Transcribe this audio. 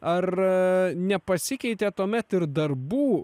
ar nepasikeitė tuomet ir darbų